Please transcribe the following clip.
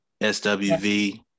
SWV